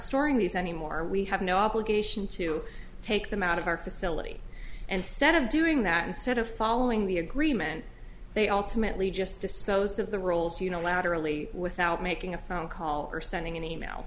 storing these anymore we have no obligation to take them out of our facility and stead of doing that instead of following the agreement they automatically just disposed of the rolls unilaterally without making a phone call or sending an e mail